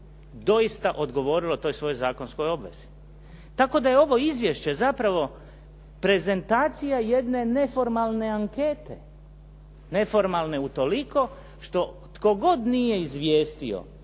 doista odgovorilo toj svojoj zakonskoj obvezi. Tako da je ovo izvješće zapravo prezentacija jedne neformalne ankete, neformalne utoliko što tko god nije izvijestio,